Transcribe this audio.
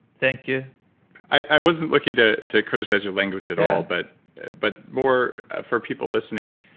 thank you i wasn't looking to to criticize your language at all, but but more for people listening,